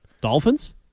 Dolphins